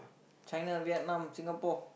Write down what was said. China Vietnam Singapore